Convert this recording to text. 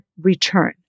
return